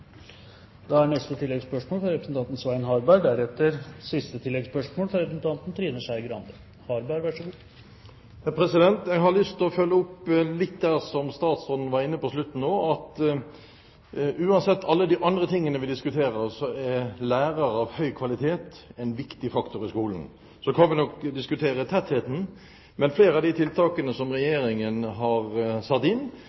Svein Harberg – til oppfølgingsspørsmål. Jeg har lyst til å følge opp det som statsråden var inne på på slutten, at av de mange tingene vi kan diskutere, er lærere av høy kvalitet en viktig faktor i skolen. Så kan vi nok diskutere lærertettheten. Men flere av de tiltakene som